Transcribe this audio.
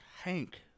hank